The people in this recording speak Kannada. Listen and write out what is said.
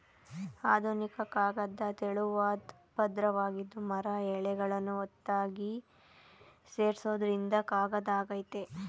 ಆಧುನಿಕ ಕಾಗದ ತೆಳುವಾದ್ ಪದ್ರವಾಗಿದ್ದು ಮರದ ಎಳೆಗಳನ್ನು ಒತ್ತಾಗಿ ಸೇರ್ಸೋದ್ರಿಂದ ಕಾಗದ ಆಗಯ್ತೆ